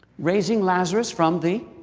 raising lazarus from the.